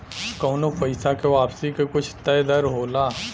कउनो पइसा के वापसी के कुछ तय दर होला